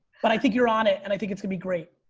but i think you're on it. and i think it's gonna be great.